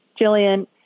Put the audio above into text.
Jillian